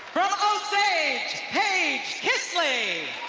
from owe saij, paige kisseling.